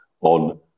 on